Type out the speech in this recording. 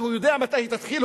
שהוא יודע מתי היא תתחיל,